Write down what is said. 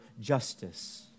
justice